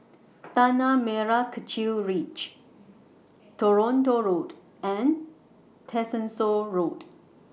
Tanah Merah Kechil Ridge Toronto Road and Tessensohn Road